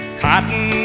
cotton